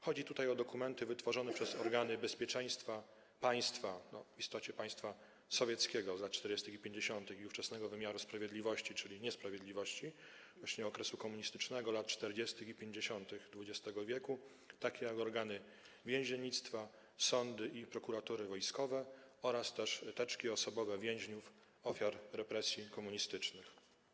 Chodzi tutaj o dokumenty wytworzone przez organy bezpieczeństwa państwa, w istocie państwa sowieckiego, z lat 40. i 50. i ówczesnego wymiaru sprawiedliwości, czyli niesprawiedliwości właśnie okresu komunistycznego lat 40. i 50. XX w., takie jak organy więziennictwa, sądy i prokuratury wojskowe, a także teczki osobowe więźniów - ofiar represji komunistycznych.